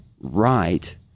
right